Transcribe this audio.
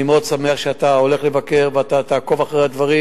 אני מאוד שמח שאתה הולך לבקר ואתה תעקוב אחרי הדברים.